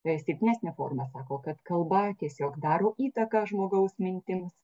na ir silpnesnę formą sako kad kalba tiesiog daro įtaką žmogaus mintims